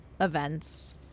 events